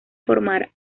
formar